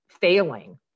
failing